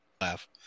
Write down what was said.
laugh